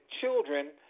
children